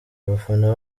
abafana